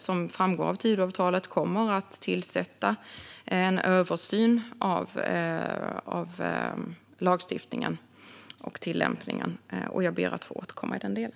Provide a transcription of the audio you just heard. Som framgår av Tidöavtalet kommer vi att tillsätta en översyn av lagstiftningen och tillämpningen, och jag ber att få återkomma i den delen.